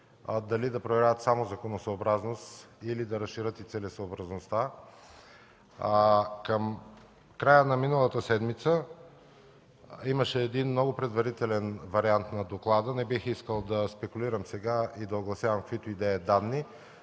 дали да проверяват само законосъобразност, или да разширят и целесъобразност. Към края на миналата седмица имаше много предварителен вариант на доклада. Не бих искал сега да спекулирам и огласявам каквито и да е данни.